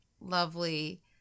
lovely